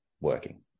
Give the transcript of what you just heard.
working